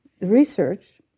research